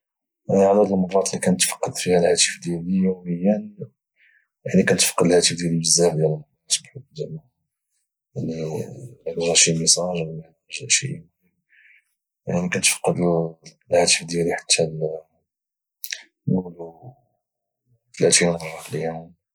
عدد المرات اللي كانتفقدت فيها الهاتف ديال يوميا كنتفقد الهاتف ديالي بزاف ديال المرات بحكم زعما شي ميساج ولا شي ايميل كنتفقد الهاتف ديالي حتى نقولو 32 مره في اليوم يعني بحال هكا